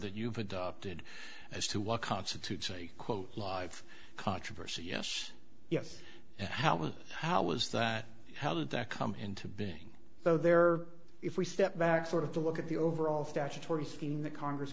that you've adopted as to what constitutes a quote life controversy yes yes helen how was that how did that come into being so there if we step back sort of to look at the overall statutory thing that congress